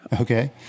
Okay